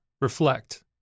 reflect